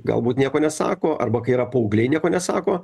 galbūt nieko nesako arba kai yra paaugliai nieko nesako